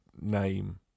name